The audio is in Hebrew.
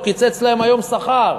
הוא קיצץ להם היום שכר.